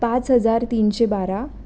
पाच हजार तीनशे बारा